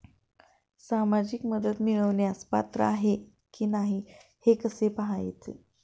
सामाजिक मदत मिळवण्यास पात्र आहे की नाही हे कसे पाहायचे?